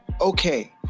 Okay